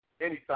Anytime